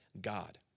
God